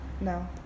No